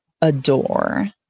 adore